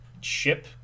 ship